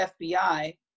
FBI